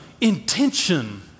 intention